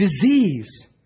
disease